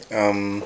um